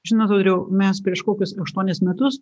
žinot audriau mes prieš kokius aštuonis metus